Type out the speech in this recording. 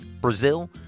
Brazil